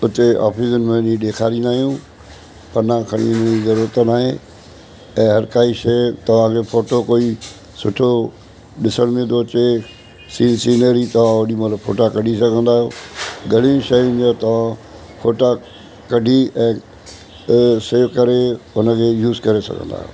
उते ऑफ़िस में वञी ॾेखारींदा अहियूं पना खणी वञण जी ज़रूरत नाहे ऐं हर का शइ तव्हां खे फोटो कोई सुठो ॾिसणु में थो अचे सीन सीनरी तव्हां ओॾिमहिल फ़ोटा कढी सघंदा घणियूं शयुनि जां तव्हां फ़ोटा कढी ऐं सेव करे हुनजो यूज़ करे सघंदा आहियो